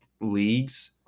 leagues